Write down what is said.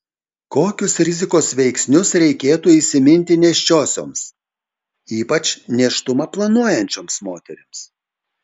kokius rizikos veiksnius reikėtų įsiminti nėščiosioms ypač nėštumą planuojančioms moterims